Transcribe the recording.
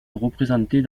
représentés